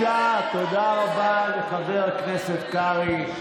לחבר הכנסת קרעי.